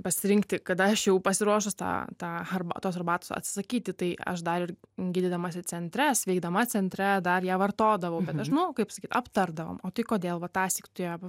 pasirinkti kada aš jau pasiruošus tą tą arba tos arbatos atsisakyti tai aš dar ir gydydamasi centre sveikdama centre dar ją vartodavau bet aš manau nu kaip pasakyt aptardavom o tai kodėl va tąsyk tu ją